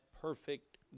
perfect